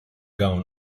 gown